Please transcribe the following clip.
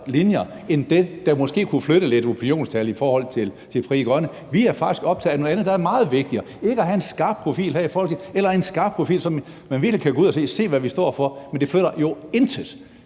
linjer end det, der måske kunne flytte lidt opinionstal i forhold til Frie Grønne. Vi er faktisk optaget af noget andet, der er meget vigtigere, men ikke af at have en skarp profil i forhold til det her eller en skarp profil, hvor man virkelig kan gå ud og sige: Se, hvad vi står for. Men det flytter jo intet.